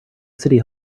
city